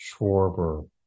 Schwarber